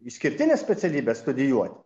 išskirtines specialybes studijuot